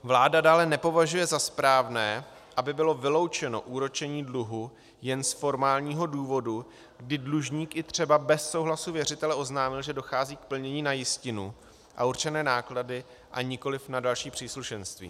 Vláda dále nepovažuje za správné, aby bylo vyloučeno úročení dluhu jen z formálního důvodu, kdy dlužník i třeba bez souhlasu věřitele oznámil, že dochází k plnění na jistinu a určené náklady a nikoliv na další příslušenství.